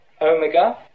omega